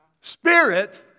spirit